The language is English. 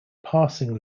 passing